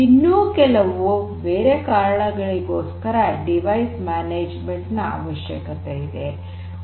ಇನ್ನೂ ಕೆಲವು ಬೇರೆ ಕಾರಣಗಳಿಗೋಸ್ಕರ ಸಾಧನ ನಿರ್ವಹಣೆಯ ಅವಶ್ಯಕತೆ ಇದೆ